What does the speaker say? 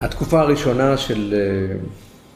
התקופה הראשונה של...